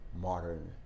modern